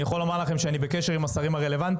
אני יכול לומר לכם שאני בקשר עם השרים הרלוונטיים,